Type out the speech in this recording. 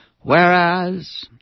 Whereas